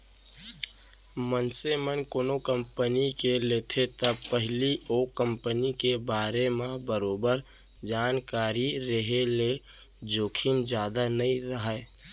मनसे मन कोनो कंपनी के लेथे त पहिली ओ कंपनी के बारे म बरोबर जानकारी रेहे ले जोखिम जादा नइ राहय